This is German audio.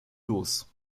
los